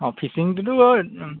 অঁ ফিচিংটোতো অঁ